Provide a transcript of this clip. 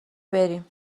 بریم